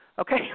Okay